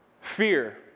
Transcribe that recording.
fear